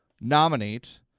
nominate